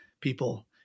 people